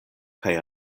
kaj